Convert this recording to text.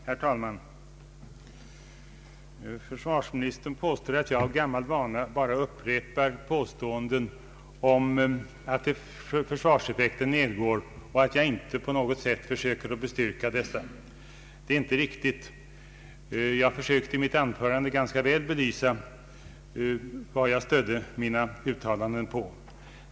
Herr talman! Försvarsministern säger att jag av gammal vana bara upprepar påståenden om att försvarseffekten nedgår men att jag inte på något sätt försöker bestyrka mina uttalanden. Det är inte riktigt. Jag försökte visst i mitt huvudanförande belysa vad jag stödde mig på.